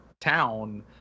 town